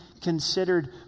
considered